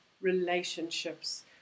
relationships